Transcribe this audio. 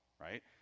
right